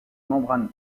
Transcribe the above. membrane